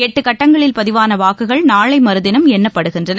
எட்டு கட்டங்களில் பதிவான வாக்குகள் நாளை மறுதினம் எண்ணப்படுகின்றன